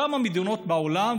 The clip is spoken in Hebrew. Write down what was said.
כמה מדינות בעולם,